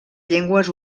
llengües